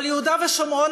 אבל יהודה ושומרון,